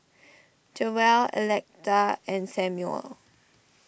Jewell Electa and Samuel